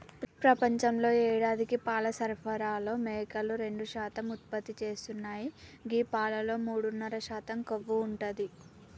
ప్రపంచంలో యేడాదికి పాల సరఫరాలో మేకలు రెండు శాతం ఉత్పత్తి చేస్తున్నాయి గీ పాలలో మూడున్నర శాతం కొవ్వు ఉంటది